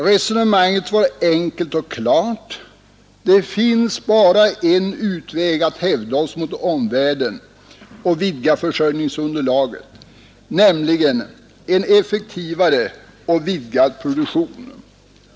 Resonemanget var enkelt och klart — det finns bara en utväg att hävda oss mot omvärlden och vidga försörjningsunderlaget, nämligen en effektivare och vidgad produktion.